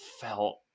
felt